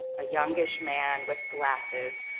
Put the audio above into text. a youngish man with glasses,